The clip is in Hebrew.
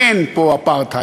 אין פה אפרטהייד,